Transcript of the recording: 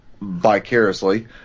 vicariously